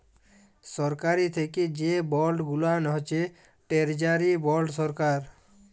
সরকারি থ্যাকে যে বল্ড গুলান হছে টেরজারি বল্ড সরকার